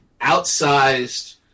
outsized